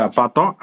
pato